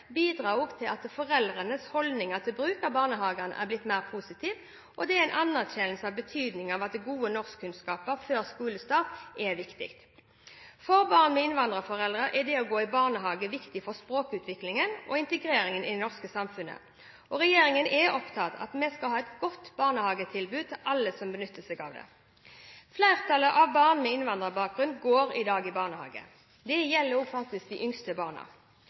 til at foreldrenes holdninger til bruk av barnehage har blitt mer positive, og til en anerkjennelse av at gode norskkunnskaper før skolestart er viktig. For barn med innvandrerforeldre er det å gå i barnehage viktig for språkutviklingen og for integreringen i det norske samfunnet. Regjeringen er opptatt av at vi skal ha et godt barnehagetilbud, som alle kan benytte seg av. Flertallet av barn med innvandrerbakgrunn går i dag i barnehage. Det gjelder også de yngste barna.